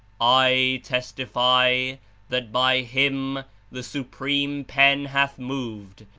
i testify that by him the supreme pen hath moved,